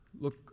Look